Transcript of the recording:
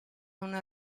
una